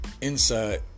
inside